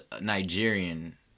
Nigerian